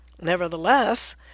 Nevertheless